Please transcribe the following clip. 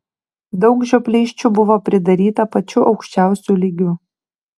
daug žioplysčių buvo pridaryta pačiu aukščiausiu lygiu